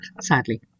sadly